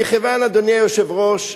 אדוני היושב-ראש,